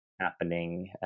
happening